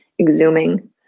exhuming